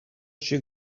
she